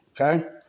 okay